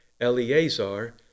Eleazar